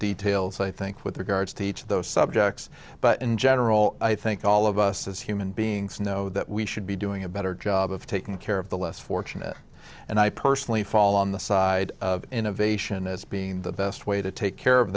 details i think with regards to each of those subjects but in general i think all of us as human beings know that we should be doing a better job of taking care of the less fortunate and i personally fall on the side of innovation as being the best way to take care of